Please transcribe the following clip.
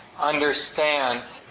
understands